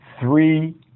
three